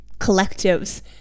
collectives